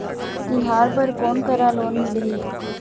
तिहार बर कोन करा लोन मिलही?